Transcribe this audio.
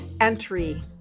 Entry